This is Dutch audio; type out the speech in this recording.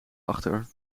achter